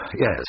yes